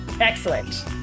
Excellent